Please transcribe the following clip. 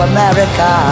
America